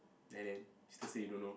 then and still say you don't know